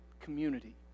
community